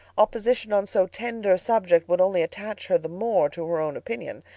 opposition on so tender a subject would only attach her the more to her own opinion.